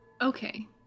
Okay